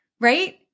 right